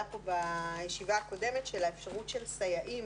פה בישיבה הקודמת של האפשרות של סייעים